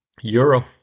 Euro